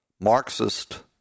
Marxist